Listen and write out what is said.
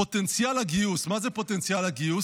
פוטנציאל הגיוס, מה זה פוטנציאל הגיוס?